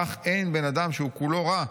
כך אין בן אדם שהוא כולו רע: